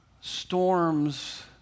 storms